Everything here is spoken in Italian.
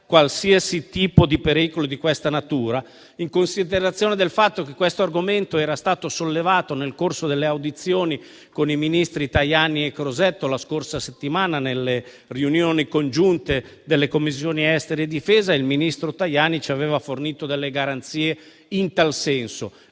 qualsiasi tipo di pericolo di questa natura, in considerazione del fatto che l'argomento era stato sollevato nel corso delle audizioni con i ministri Tajani e Crosetto la scorsa settimana nelle Commissioni congiunte esteri e difesa e che il ministro Tajani ci aveva fornito delle garanzie in tal senso.